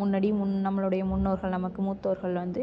முன்னாடி முன் நம்மளோடைய முன்னோர்கள் நமக்கு மூத்தோர்கள் வந்து